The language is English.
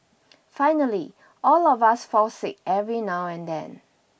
finally all of us fall sick every now and then